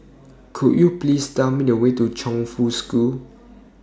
Could YOU Please Tell Me The Way to Chongfu School